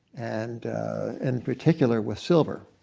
and in particular with silver.